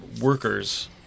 workers